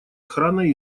охраной